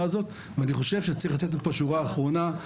הזאת ואני חושב שצריך לצאת מפה שורה אחרונה,